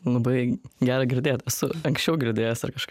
labai gera girdėt esu anksčiau girdėjęs ar kažkaip